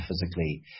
physically